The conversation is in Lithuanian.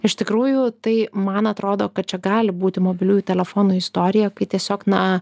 iš tikrųjų tai man atrodo kad čia gali būti mobiliųjų telefonų istorija kai tiesiog na